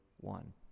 one